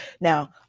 Now